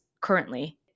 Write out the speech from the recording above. currently